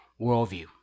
worldview